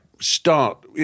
start